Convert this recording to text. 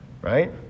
right